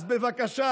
אז בבקשה,